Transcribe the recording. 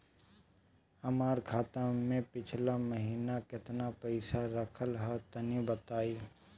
हमार खाता मे पिछला महीना केतना पईसा रहल ह तनि बताईं?